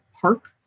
park